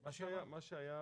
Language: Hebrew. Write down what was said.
--- מה שכבר